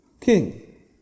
king